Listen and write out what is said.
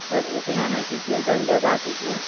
है उतना नहीं कीजिए जन ज़्यादा कीजिए